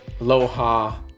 Aloha